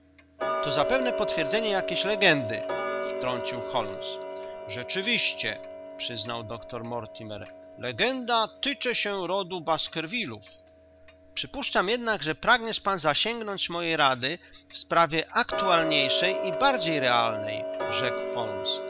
to zapewne potwierdzenie jakiejś legendy wtrącił holmes rzeczywiście przyznał doktor mortimer legenda tycze się rodu baskervillów przypuszczam jednak że pragniesz pan zasięgnąć mojej rady w sprawie aktualniejszej i bardziej realnej rzekł